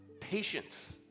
patience